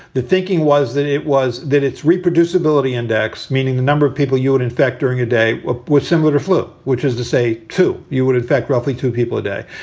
the thinking was that it was that it's reproducibility index, meaning the number of people you would infect during a day with similar to flu, which is to say to you would in fact, roughly two people a day.